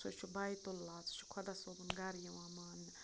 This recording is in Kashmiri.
سُہ چھُ بیت اللہ سُہ چھُ خۄدا صٲبُن گَرٕ یِوان ماننہٕ